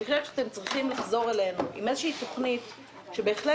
אני חושבת שאתם צריכים לחזור אלינו עם איזו תוכנית שבהחלט,